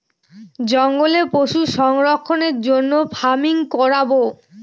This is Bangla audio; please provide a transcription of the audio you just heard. জঙ্গলে পশু সংরক্ষণের জন্য ফার্মিং করাবো